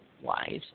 wise